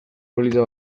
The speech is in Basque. polita